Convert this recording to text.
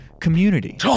community